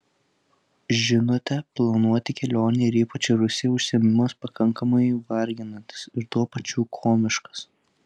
žinote planuoti kelionę ir ypač į rusiją užsiėmimas pakankamai varginantis ir tuo pačiu komiškas